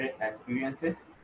experiences